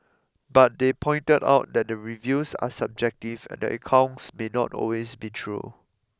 but they pointed out that the reviews are subjective and the accounts may not always be true